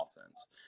offense